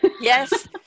yes